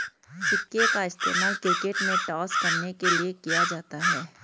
सिक्के का इस्तेमाल क्रिकेट में टॉस करने के लिए किया जाता हैं